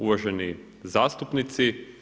Uvaženi zastupnici.